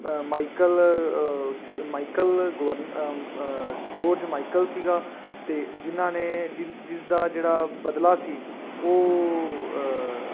Michael Michael ਗਵਰਨ George Michael ਸੀਗਾ ਅਤੇ ਜਿਹਨਾਂ ਨੇ ਜਿ ਜਿਸਦਾ ਜਿਹੜਾ ਬਦਲਾ ਸੀ ਉਹ